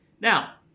Now